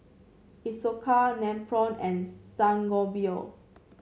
Isocal Nepro and Sangobion